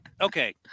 okay